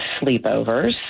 sleepovers